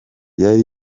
yari